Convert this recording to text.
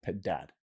dad